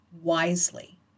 wisely